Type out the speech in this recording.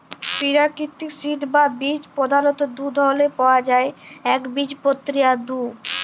পেরাকিতিক সিড বা বীজ পধালত দু ধরলের পাউয়া যায় একবীজপত্রী আর দু